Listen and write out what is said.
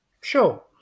Sure